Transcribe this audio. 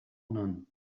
none